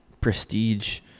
prestige